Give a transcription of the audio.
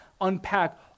unpack